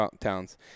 towns